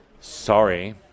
Sorry